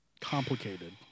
complicated